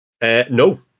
No